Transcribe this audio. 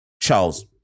Charles